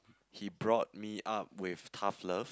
he brought me up with tough love